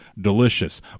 delicious